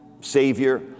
savior